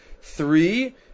Three